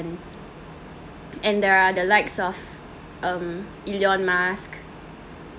and there are the lights of um elon musk